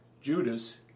Judas